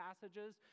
passages